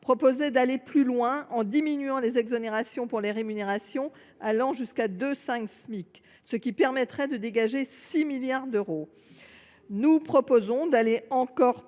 préconisait d’aller plus loin en diminuant les exonérations pour les rémunérations allant jusqu’à 2,5 Smic, ce qui permettrait de dégager 6 milliards d’euros. Nous proposons d’aller encore plus loin